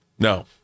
No